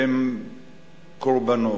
וקורבנות.